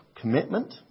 commitment